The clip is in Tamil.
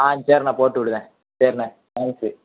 ஆ சரிண்ணா போட்டு விடுதேன் சரிண்ண தேங்க்ஸு